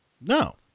No